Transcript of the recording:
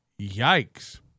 Yikes